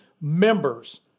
members